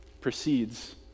precedes